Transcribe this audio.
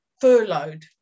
Furloughed